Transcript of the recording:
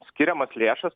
skiriamas lėšas